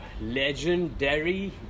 legendary